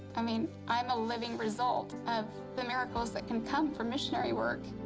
i mean, i'm a living result of the miracles that can come from missionary work.